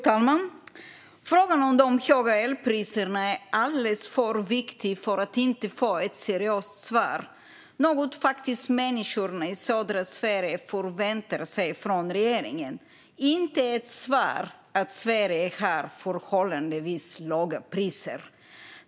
Fru talman! Frågan om de höga elpriserna är alldeles för viktig för att inte få ett seriöst svar. Det är något som människorna i södra Sverige faktiskt förväntar sig från regeringen i stället för svaret att Sverige har förhållandevis låga priser.